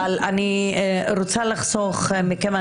אבל אני רוצה לחסוך את זה מכם.